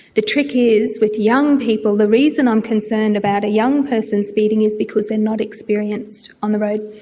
the trick is with young people, the reason i'm concerned about a young person speeding is because they are not experienced on the road.